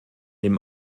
dem